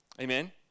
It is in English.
Amen